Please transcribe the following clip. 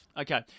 Okay